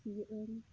ᱠᱩᱥᱤᱭᱟᱹᱜ ᱟᱹᱧ